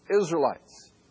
Israelites